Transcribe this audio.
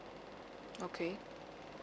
okay